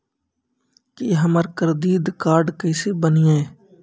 की हमर करदीद कार्ड केसे बनिये?